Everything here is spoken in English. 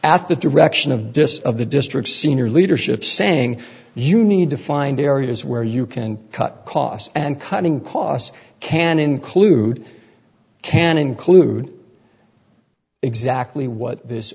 at the direction of dist of the district's senior leadership saying you need to find areas where you can cut costs and cutting costs can include can include exactly what this